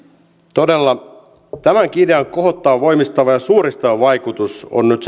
todella tämänkin idean kohottava voimistava ja suoristava vaikutus on nyt